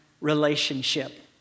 relationship